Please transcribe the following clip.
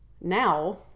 Now